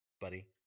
buddy